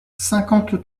cinquante